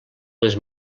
les